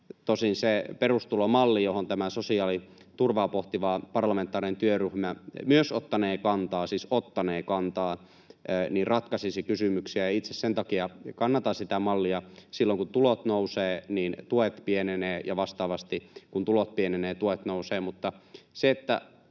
Tosin se perustulomalli, johon tämä sosiaaliturvaa pohtiva parlamentaarinen työryhmä myös ottanee kantaa — siis ottanee kantaa — ratkaisisi kysymyksiä, ja itse sen takia kannatan sitä mallia. Silloin kun tulot nousevat, tuet pienenevät, ja vastaavasti kun tulot pienenevät, tuet nousevat.